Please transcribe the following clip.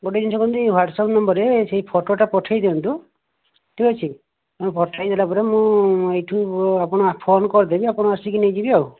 ଗୋଟିଏ ଜିନିଷ କଣ କି ହ୍ୱାଟସପ ନମ୍ବର ରେ ସେହି ଫଟୋ ଟା ପଠେଇଦିଅନ୍ତୁ ଠିକ ଅଛି ମୁଁ ପଠାଇସାରିଲା ପରେ ମୁଁ ଏଇଠୁ ଆପଣଙ୍କୁ ଫୋନ୍ କରିଦେବି ଆପଣ ଆସି ନେଇଯିବେ ଆଉ